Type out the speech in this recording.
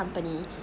company